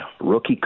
rookie